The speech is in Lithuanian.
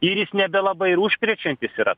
ir jis nebelabai ir užkrečiantis yra